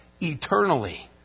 eternally